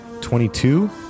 Twenty-two